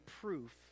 proof